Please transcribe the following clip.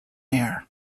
air